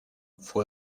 fue